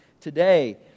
today